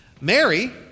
Mary